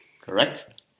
Correct